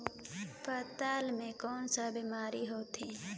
पातल म कौन का बीमारी होथे?